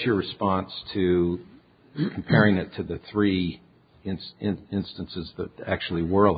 your response to repairing it to the three instances that actually world